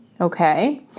Okay